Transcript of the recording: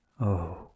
Oh